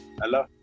Hello